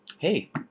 hey